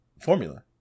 formula